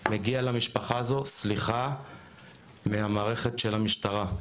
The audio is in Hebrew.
מגיע למשפחה הזו סליחה מהמערכת של המשטרה.